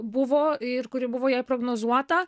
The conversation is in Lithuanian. buvo ir kuri buvo jai prognozuota